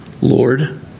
Lord